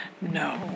No